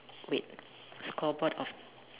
wait scoreboard of